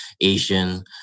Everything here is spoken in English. Asian